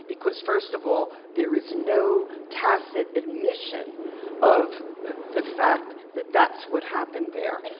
because first of all there is no tacit admission of the fact that that's what happened there.